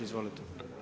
Izvolite.